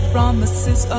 Promises